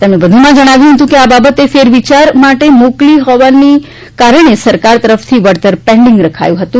તેમણે વધુમાં જણાવ્યું હતું કે આ બાબતે ફેરવિયાર માટે મોકલી હોવાના કારણે સરકાર તરફથી વળતર પેન્ડિંગ રખાયું હતું